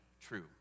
true